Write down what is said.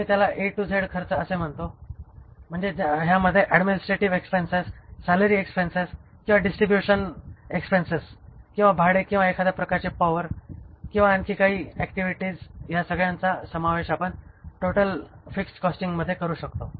आम्ही त्यांना A to Z खर्च असे म्हणतो म्हणजे ह्यामध्ये ऍडमिनिस्ट्रेशन एक्सपेन्सेस सॅलरी एक्सपेन्सेस किंवा डिस्ट्रिब्युशन एक्सपेन्सेस किंवा भाडे किंवा एखाद्या प्रकारचे पॉवर किंवा आणखी काही ऍक्टिव्हिटीज ह्या सगळ्यांचा समावेश आपण टोटल फिक्स्ड कॉस्टमध्ये करू शकतो